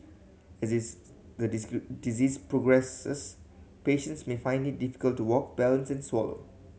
as this the disease progresses patients may find it difficult to walk balance and swallow